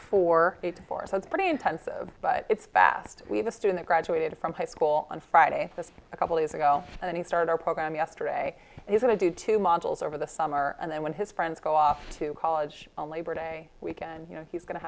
eight four so it's pretty intensive but it's fast we have a student graduated from high school on friday just a couple days ago and he started our program yesterday he's going to do two models over the summer and then when his friends go off to college on labor day weekend you know he's going to